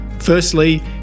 Firstly